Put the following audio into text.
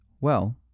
Well